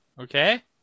Okay